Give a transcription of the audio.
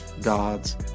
God's